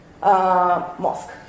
mosque